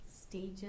stages